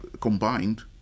combined